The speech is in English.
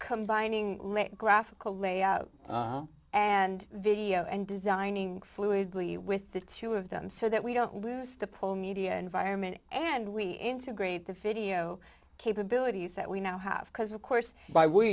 combining graphical layout and video and designing fluidly with the two of them so that we don't lose the pull media environment and we integrate the video capabilities that we now have because of course by we